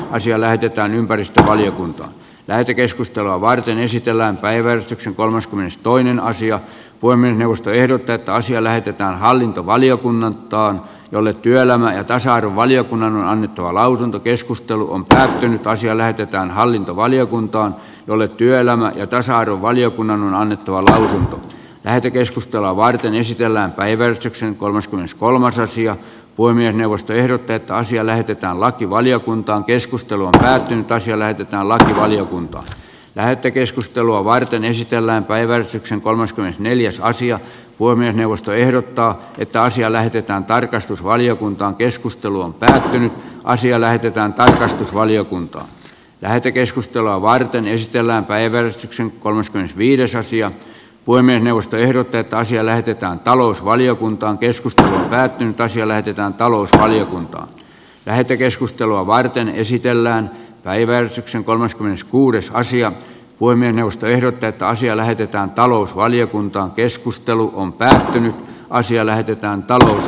asia lähetetään ympäristövaliokunta lähetekeskustelua varten esitellään päiväystyksen kolmaskymmenestoinen asia kuin minusta ehdotetaan siellä että hallintovaliokunnan taho jolle työelämän tasa arvovaliokunnan on annettava lausunto keskustelu on päättynyt tuhansia näytetään hallintovaliokunta oli työelämä ja tasa arvovaliokunnan on annettu ol lähetekeskustelua varten esitellään päivystyksen kolmaskymmeneskolmas aasian puiminen neuvosto ehdotti että asia näytetään lakivaliokunta on keskustellut häät tai siellä pitää olla ajokunto lähetekeskustelua varten esitellään päivän syksyn kolmas oli neljäs aasian puiminen neuvosto ehdottaa että asiaa lähdetään tarkastusvaliokunta keskustelu on tähän asti eläydytään tarkastusvaliokuntaa lähetekeskustelua varten yhtiöllä päivystyksen kolmaskymmenesviides asiat poimieniusta ehdotetaan siellä ketään talousvaliokuntaan keskusta näytti tosi lähetetään talousarvion lähetekeskustelua varten esitellään päiväys on kolmaskymmeneskuudes asiat voi minusta ehdotetaan siellä heitetään talousvaliokunta on keskustelu on päätetty asia lähetetään kalle